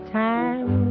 time